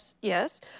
Yes